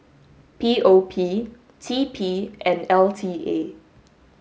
P O P T P and L T A